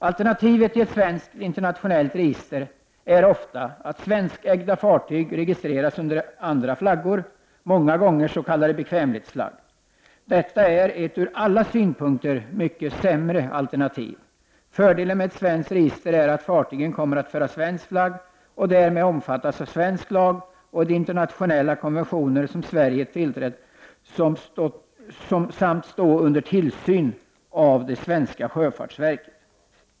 Alternativet till ett svenskt internationellt register är ofta att svenskägda fartyg registreras under andra flaggor, många gånger under s.k. bekvämlighetsflagg. Detta är ett ur alla synpunkter mycket sämre alternativ. Fördelen med ett svenskt register är att fartygen kommer att föra svensk flagg och därmed omfattas av svensk lag och de internationella konventioner som Sverige tillträtt samt stå under tillsyn av det svenska sjöfartsverket.